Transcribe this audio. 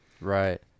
right